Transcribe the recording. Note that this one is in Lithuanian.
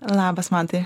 labas mantai